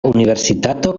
universitato